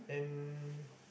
then